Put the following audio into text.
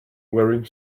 wearing